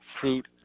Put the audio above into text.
fruit